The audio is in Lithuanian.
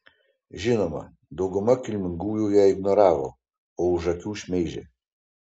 žinoma dauguma kilmingųjų ją ignoravo o už akių šmeižė